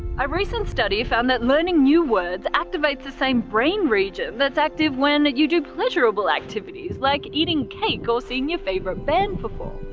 a recent study found that learning new words activates the same brain region that's active when you do pleasurable activities, like eating cake or seeing your favourite band perform.